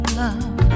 love